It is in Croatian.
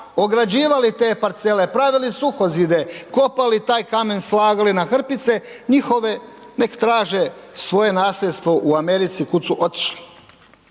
ograđivali te parcele pravili suhozide, kopali taj kamen, slagali na hrpice njihove neka traže svoje nasljedstvo u Americi kud su otišli.